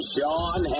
Sean